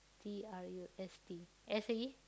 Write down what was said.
T R U S T S is